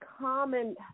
common